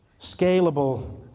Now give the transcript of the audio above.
scalable